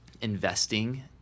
investing